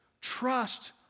trust